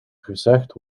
gezegd